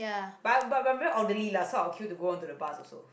but but but very orderly so I will queue to go on to the bus also